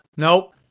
nope